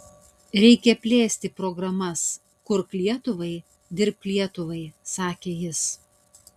reikia plėsti programas kurk lietuvai dirbk lietuvai sakė jis